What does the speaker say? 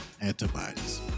antibodies